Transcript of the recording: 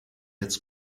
jetzt